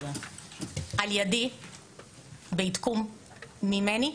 בעדכון ממני.